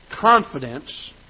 confidence